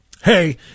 hey